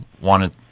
wanted